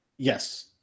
Yes